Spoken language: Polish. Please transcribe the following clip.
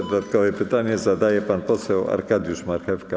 Dodatkowe pytanie zada pan poseł Arkadiusz Marchewka.